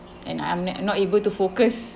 and I'm not not able to focus